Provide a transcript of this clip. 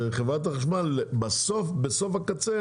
וחברת החשמל בסוף הקצה,